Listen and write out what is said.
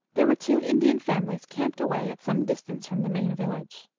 there were two indian families camped away at some distance from the main village.